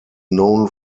known